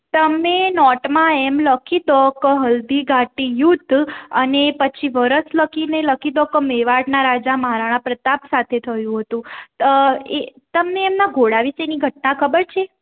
તમે નોટમાં એમ લખી દો કે હલ્દી ઘાટી યુદ્ધ અને પછી વર્ષ લખીને લખી દો કે મેવાડના રાજા મહારાણા પ્રતાપ સાથે થયું હતું તમને એમના ઘોડા વિશેની ઘટના ખબર છે